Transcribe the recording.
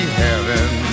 heaven